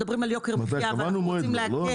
קבענו מועד, לא?